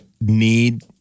need